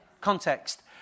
context